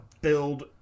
build